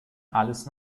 alles